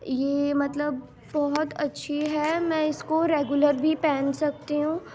یہ مطلب بہت اچھی ہے میں اس کو ریگولر بھی پہن سکتی ہوں